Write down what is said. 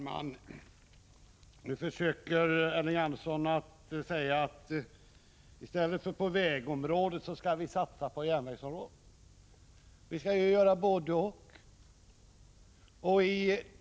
Fru talman! Nu försöker Elving Andersson säga att vi skall satsa på järnvägsområdet i stället för på vägområdet. Vi skall göra både-och.